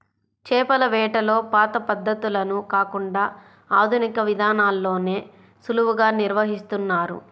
చేపల వేటలో పాత పద్ధతులను కాకుండా ఆధునిక విధానాల్లోనే సులువుగా నిర్వహిస్తున్నారు